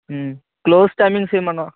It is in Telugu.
క్లోస్ టైమింగ్స్ ఏమైనా